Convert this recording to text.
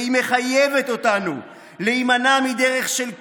והיא מחייבת אותנו להימנע מדרך של כניעה,